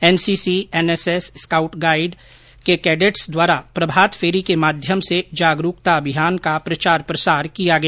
NCC NSS scout guide SPC के cadets द्वारा प्रभात फेरी के माध्यम से जागरूकता अभियान का प्रचार प्रसार किया गया